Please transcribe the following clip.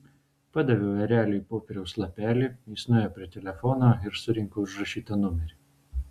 padaviau ereliui popieriaus lapelį jis nuėjo prie telefono ir surinko užrašytą numerį